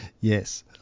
yes